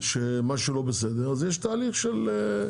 שמשהו לא בסדר, אז יש תהליך של זה.